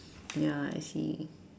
ya I see